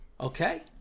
Okay